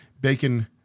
bacon